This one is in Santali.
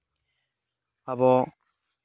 ᱟᱵᱚ